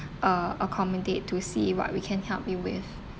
uh accommodate to see what we can help you with